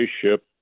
spaceship